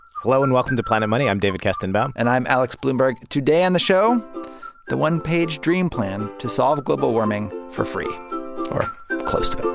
hello, and welcome to planet money. i'm david kestenbaum and i'm alex blumberg. today on the show the one-page dream plan to solve global warming for free or close to